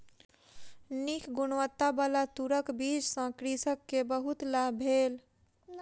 नीक गुणवत्ताबला तूरक बीज सॅ कृषक के बहुत लाभ भेल